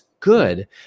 good